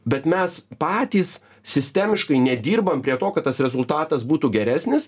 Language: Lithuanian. bet mes patys sistemiškai nedirbam prie to kad tas rezultatas būtų geresnis